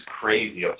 crazy